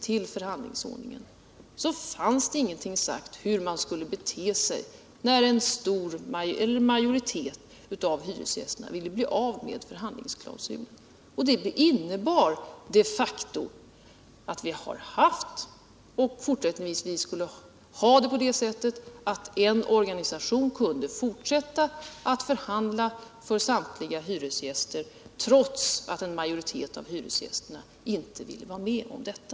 Då visade det sig att det inte fanns angivet hur man skulle bete sig när en stor majoritet av hyresgästerna ville bli av med förhandlingsklausulerna. Det innebär de facto att vi har haft och fortsättningsvis skulle ha det på det sättet, att en organisation kunde fortsätta att förhandla för samtliga hyresgäster, trots alt en majoritet av hyresgästerna inte ville vara med om detta.